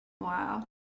Wow